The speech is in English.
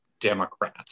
Democrat